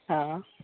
हँ